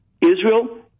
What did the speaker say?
Israel